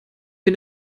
bin